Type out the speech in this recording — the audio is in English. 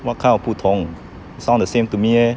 what kind of 不同 sound the same to me eh